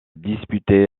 disputé